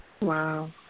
Wow